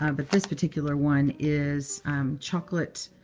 um but this particular one is chocolate